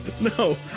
No